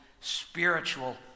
spiritual